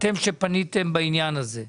אתם שפניתם בעניין הזה,